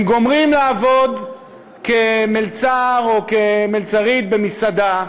הם גומרים לעבוד כמלצר או כמלצרית במסעדה,